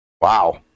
Wow